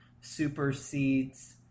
supersedes